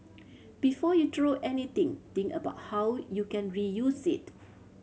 before you throw anything think about how you can reuse it